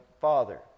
father